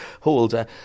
holder